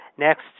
Next